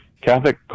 Catholic